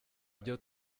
byo